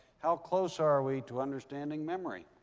how close are we to understanding memory?